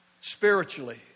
Spiritually